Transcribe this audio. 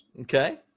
Okay